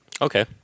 Okay